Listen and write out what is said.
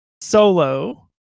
solo